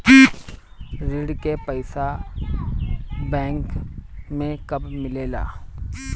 ऋण के पइसा बैंक मे कब मिले ला?